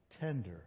tender